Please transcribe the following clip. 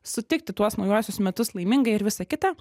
sutikti tuos naujuosius metus laimingai ir visa kita